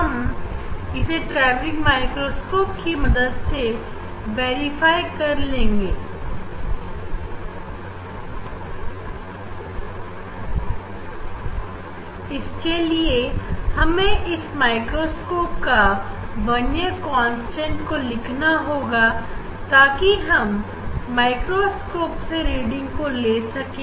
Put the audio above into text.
हम इसे travelling microscope की मदद से वेरीफाई कर लेंगे इसके लिए हमें इस माइक्रोस्कोप का बर्नियर कांस्टेंट को लिखना होगा ताकि हम माइक्रोस्कोप से रीडिंग को ले सके